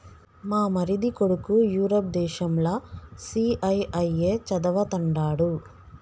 మా మరిది కొడుకు యూరప్ దేశంల సీఐఐఏ చదవతండాడు